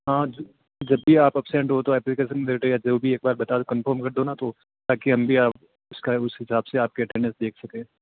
हाँ जब भी आप अपसेन्ट हो तो एप्लीकेशन दे दे या जो भी है एक बार बता दो कन्फर्म कर दो ना तो ताकि हम भी आप उसका उस हिसाब से आपकी अटेडन्स देख सके